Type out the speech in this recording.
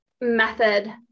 method